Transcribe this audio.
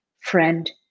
Friend